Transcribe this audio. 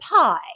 pie